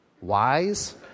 Wise